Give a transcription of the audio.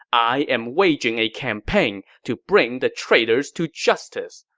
i am waging a campaign to bring the traitors to justice.